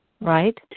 right